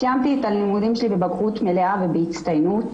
סיימתי את הלימודים שלי בבגרות מלאה ובהצטיינות,